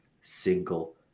single